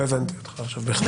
לא הבנתי אותך עכשיו בכלל.